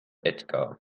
edgar